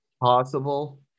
possible